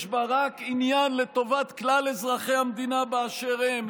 יש בה רק עניין לטובת כלל אזרחי המדינה באשר הם,